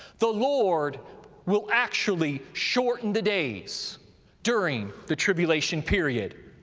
the lord will actually shorten the days during the tribulation period.